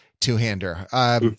two-hander